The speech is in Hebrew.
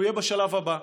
הוא יהיה בשלב הבא.